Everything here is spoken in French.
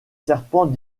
serpents